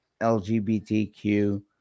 LGBTQ